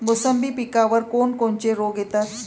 मोसंबी पिकावर कोन कोनचे रोग येतात?